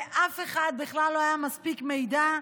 כשלאף אחד בכלל לא היה מספיק מידע?